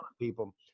people